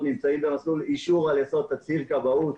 נמצאים במסלול אישור על יסוד תצהיר כבאות.